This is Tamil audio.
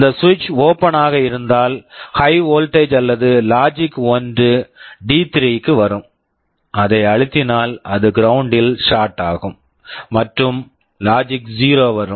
இந்த சுவிட்ச் switch ஓப்பன் open ஆக இருந்தால் ஹை வோல்ட்டேஜ் high voltage அல்லது லாஜிக் 1 logic 1 டி3 D3 க்கு வரும் அதை அழுத்தினால் அது கிரவுண்ட் ground ல் ஷார்ட் short ஆகும் மற்றும் லாஜிக் 0 logic 0 வரும்